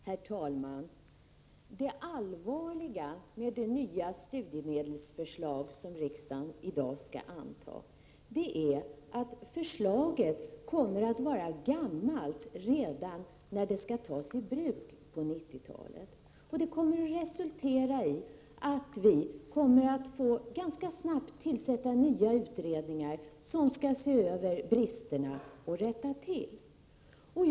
Herr talman! Det allvarliga med det studiemedelsförslag som riksdagen i dag skall ta ställning till är att det kommer att vara gammalt redan när det skall sättas i bruk på 90-talet. Detta kommer att resultera i att vi ganska snabbt kommer att få tillsätta nya utredningar för att se över bristerna och rätta till dessa.